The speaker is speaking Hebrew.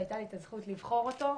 שהייתה לי את הזכות לבחור אותו.